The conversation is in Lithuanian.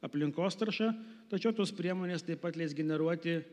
aplinkos tarša tačiau tos priemonės taip pat leis generuoti